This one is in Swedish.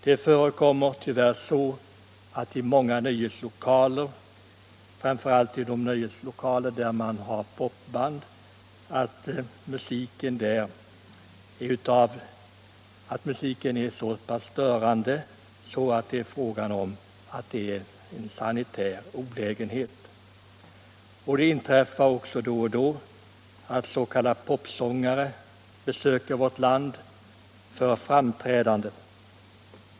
Det förekommer tyvärr i många nöjeslokaler, framför allt där man har popband, att musiken är så pass störande att det är fråga om en sanitär olägenhet. Det inträffar också då och då att s.k. popsångare besöker vårt land för framträdanden.